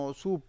su